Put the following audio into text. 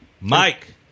Mike